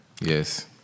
Yes